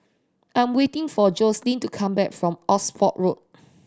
I am waiting for Joselin to come back from Oxford Road